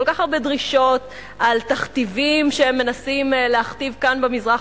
כל כך הרבה דרישות ותכתיבים שהם מנסים להכתיב כאן במזרח